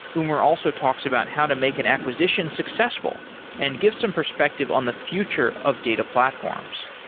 umur also talks about how to make an acquisition successful and give some perspective on the future of data platforms.